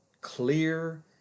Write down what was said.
clear